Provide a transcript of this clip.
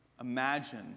imagine